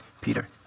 Peter